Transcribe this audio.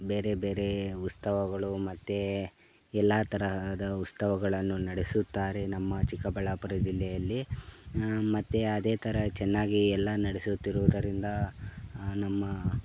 ಬೇರೆ ಬೇರೆ ಉತ್ಸವಗಳು ಮತ್ತು ಎಲ್ಲ ತರಹದ ಉತ್ಸವಗಳನ್ನು ನಡೆಸುತ್ತಾರೆ ನಮ್ಮ ಚಿಕ್ಕಬಳ್ಳಾಪುರ ಜಿಲ್ಲೆಯಲ್ಲಿ ಮತ್ತು ಅದೇ ಥರ ಚೆನ್ನಾಗಿ ಎಲ್ಲ ನಡೆಸುತ್ತಿರುವುದರಿಂದ ನಮ್ಮ